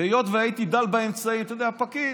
והיות שהייתי דל באמצעים, אתה יודע, פקיד,